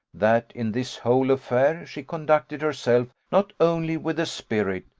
that in this whole affair she conducted herself not only with the spirit,